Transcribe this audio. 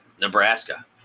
Nebraska